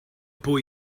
boy